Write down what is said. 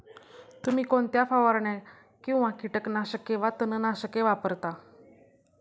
तुम्ही कोणत्या फवारण्या किंवा कीटकनाशके वा तणनाशके वापरता?